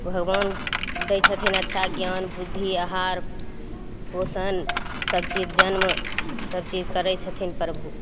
भगवान दै छथिन अच्छा ज्ञान बुद्धि आहार पोषण सभचीज जन्म सभचीज करय छथिन प्रभु